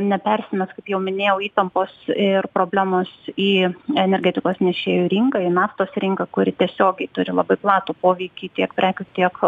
nepersimes kaip jau minėjau įtampos ir problemos į energetikos nešėjų rinką į naftos rinką kuri tiesiogiai turi labai platų poveikį tiek prekių tiek